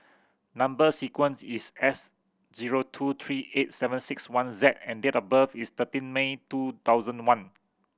number sequence is S zero two three eight seven six one Z and date of birth is thirteen May two thousand one